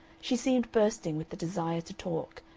she seemed bursting with the desire to talk,